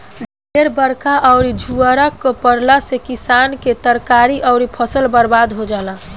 ढेर बरखा अउरी झुरा पड़ला से किसान के तरकारी अउरी फसल बर्बाद हो जाला